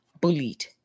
bullied